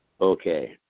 Okay